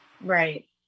Right